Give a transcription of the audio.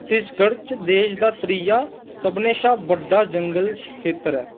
छत्तीसगढ़ च देश दा त्रीया सभनें शा बड्डा जंगल खेतर ऐ